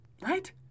right